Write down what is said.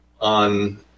on